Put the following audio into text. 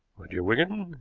dear wigan,